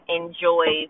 enjoy